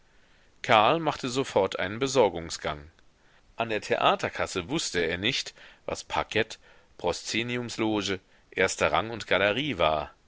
karl machte sofort einen besorgungsgang an der theaterkasse wußte er nicht was parkett proszeniumsloge erster rang und galerie war